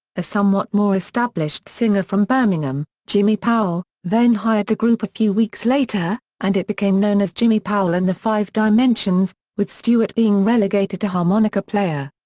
a somewhat more established singer from birmingham, jimmy powell, then hired the group a few weeks later, and it became known as jimmy powell and the five dimensions, with stewart being relegated to harmonica player.